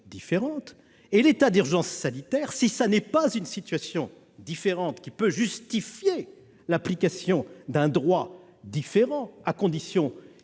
différentes ! Et si l'état d'urgence sanitaire n'est pas une situation différente justifiant l'application d'un droit différent- à condition